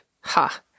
Ha